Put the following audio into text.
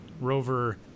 Rover